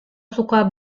suka